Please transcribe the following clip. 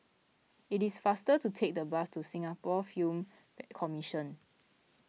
it is faster to take the bus to Singapore Film Commission